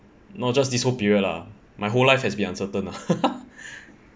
not just this whole period lah my whole life has been uncertain lah